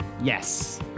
Yes